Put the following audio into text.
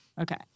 Okay